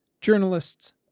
journalists